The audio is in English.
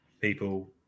people